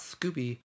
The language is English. Scooby